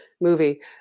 movie